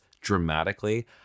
dramatically